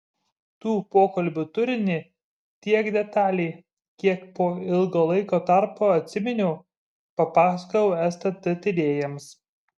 tų pokalbių turinį tiek detaliai kiek po ilgo laiko tarpo atsiminiau papasakojau stt tyrėjams